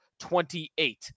28